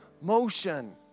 motion